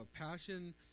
passion